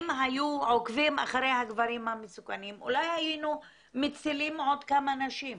אם היו עוקבים אחרי הגברים המסוכנים אולי היינו מצילים עוד כמה נשים.